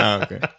okay